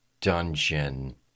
dungeon